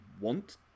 want